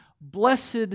blessed